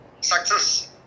success